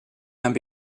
and